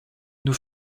nous